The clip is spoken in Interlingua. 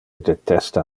detesta